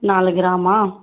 நாலு கிராமா